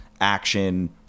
Action